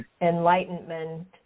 enlightenment